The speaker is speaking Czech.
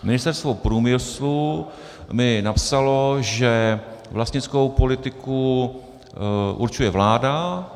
Ministerstvo průmyslu mi napsalo, že vlastnickou politiku určuje vláda.